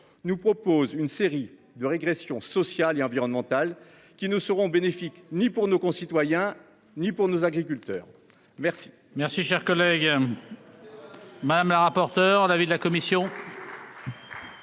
nous propose une série de régression sociale et environnementale qui ne seront bénéfiques ni pour nos concitoyens, ni pour nos agriculteurs. Merci,